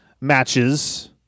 matches